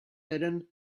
hidden